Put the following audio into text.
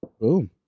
boom